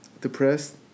depressed